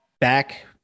back